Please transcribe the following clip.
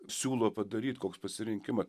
siūlo padaryt koks pasirinkima